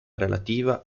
relativa